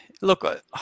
Look